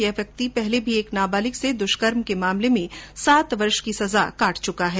ये व्यक्ति पहले भी एक नाबालिग से दुष्कर्म के मामले में सात वर्ष की सजा काट चुका है